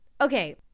Okay